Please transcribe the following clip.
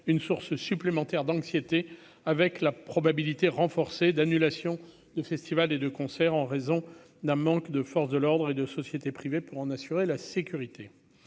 une source supplémentaire d'anxiété avec la probabilité renforcée d'annulations de festivals et de concerts en raison d'un manque de forces de l'ordre et de sociétés privées pour en assurer la sécurité,